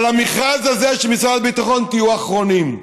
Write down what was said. אבל במכרז הזה של משרד הביטחון, תהיו אחרונים.